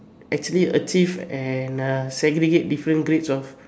actually achieve and uh segregate different grades of